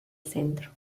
centro